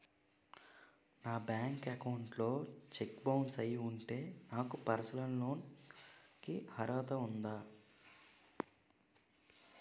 నా bank account లో cheque bounce అయ్యి ఉంటే నాకు పర్సనల్ లోన్ కీ అర్హత ఉందా?